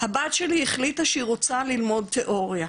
הבת שלי החליטה שהיא רוצה ללמוד תיאוריה,